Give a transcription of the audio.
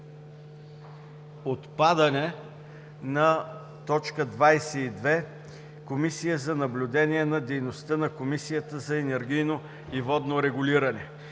отпадане на т. 22 – Комисия за наблюдение на дейността на Комисията за енергийно и водно регулиране.